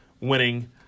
winning